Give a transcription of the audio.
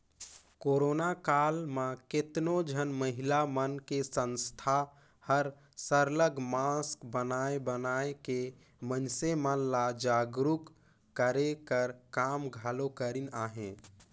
corona काल म केतनो झन महिला मन के संस्था मन हर सरलग मास्क बनाए बनाए के मइनसे मन ल जागरूक करे कर काम घलो करिन अहें